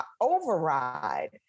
override